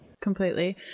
Completely